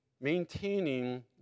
maintaining